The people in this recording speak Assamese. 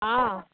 অঁ